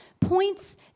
points